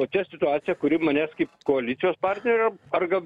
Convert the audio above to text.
tokia situacija kuri manęs kaip koalicijos partnerio ar gal